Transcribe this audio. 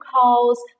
calls